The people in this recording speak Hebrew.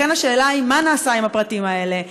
לכן השאלה היא מה נעשה עם הפרטים האלה,